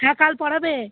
হ্যাঁ কাল পড়াবে